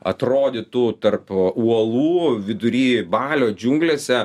atrodytų tarp uolų vidury balio džiunglėse